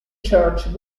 church